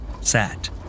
sat